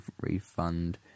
refund